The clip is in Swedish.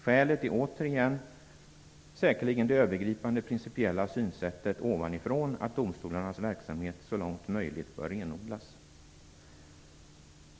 Skälet är återigen säkerligen det övergripande principiella synsättet ovanifrån att domstolarnas verksamhet så långt möjligt bör renodlas.